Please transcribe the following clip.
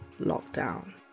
lockdown